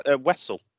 Wessel